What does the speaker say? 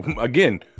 again